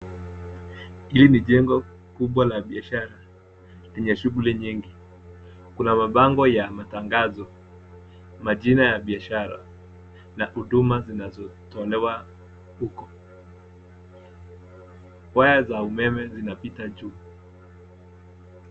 Hii ni jengo kubwa la biashara lenye shughuli nyingi. Kuna mabango ya matangazo, majina ya biashara na huduma zinazotolewa huko. Waya za umeme zinapita juu.